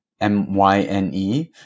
M-Y-N-E